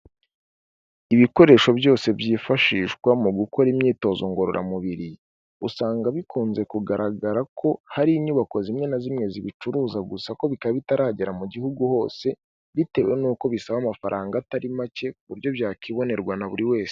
Ibikoresho byose byifashishwa mu gukora imyitozo ngororamubiri, usanga bikunze kugaragara ko hari inyubako zimwe na zimwe zibicuruza gusa ariko bikaba bitaragera mu gihugu hose bitewe n'uko bisaba amafaranga atari make ku buryo byakibonerwa na buri wese.